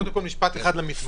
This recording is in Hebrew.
קודם כול, משפט אחד למתמחים,